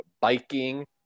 biking